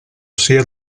sia